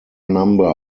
number